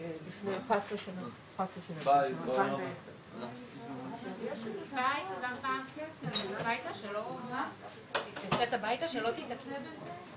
בשעה 10:44.